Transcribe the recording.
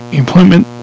employment